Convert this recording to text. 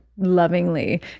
lovingly